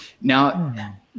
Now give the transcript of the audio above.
now